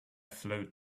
flowed